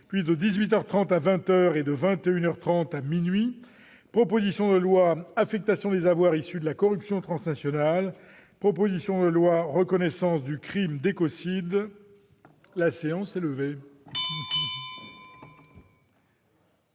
puis de 18 heures 30 à 20 heures et de 21 heures 30 à minuit, proposition de loi affectation des avoirs issus de la corruption transnationale, proposition de loi reconnaissance du Crime d'la séance est levé.